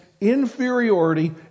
inferiority